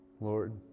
Lord